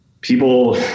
people